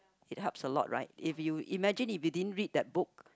it helps a lot right if you imagine if you didn't read that book